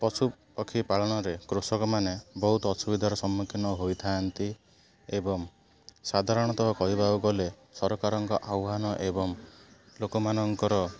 ପଶୁପକ୍ଷୀ ପାଳନରେ କୃଷକମାନେ ବହୁତ ଅସୁବିଧାର ସମ୍ମୁଖୀନ ହୋଇଥାନ୍ତି ଏବଂ ସାଧାରଣତଃ କହିବାକୁ ଗଲେ ସରକାରଙ୍କ ଆହ୍ୱାନ ଏବଂ ଲୋକମାନଙ୍କର